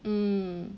mm